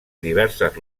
diverses